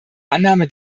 annahme